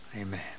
Amen